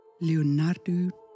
Leonardo